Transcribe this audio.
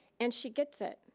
and she gets it.